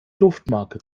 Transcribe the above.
duftmarke